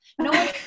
No